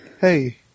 hey